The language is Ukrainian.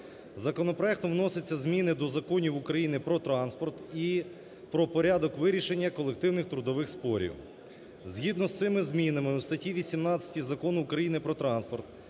Законопроектом вносяться зміни до законів України про транспорт і про порядок вирішення колективних трудових спорів. Згідно з цими змінами у статті 18 Закону України "Про транспорт"